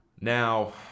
Now